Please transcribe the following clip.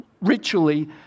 ritually